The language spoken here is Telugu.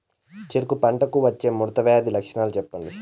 చెరుకు పంటకు వచ్చే ముడత వ్యాధి లక్షణాలు చెప్పండి?